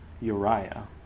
Uriah